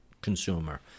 consumer